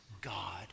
God